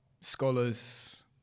scholars